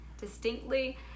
distinctly